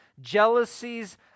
jealousies